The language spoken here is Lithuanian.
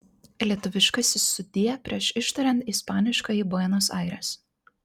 lietuviškasis sudie prieš ištariant ispaniškąjį buenos aires